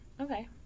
Okay